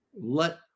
let